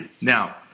now